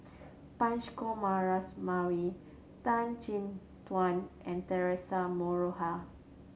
Punch Coomaraswamy Tan Chin Tuan and Theresa Noronha